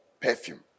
perfume